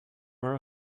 were